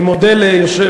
אני מודה ליושבת-ראש,